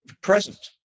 present